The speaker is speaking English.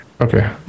Okay